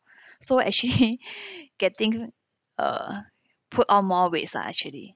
so actually getting uh put on more weight lah actually